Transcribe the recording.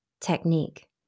technique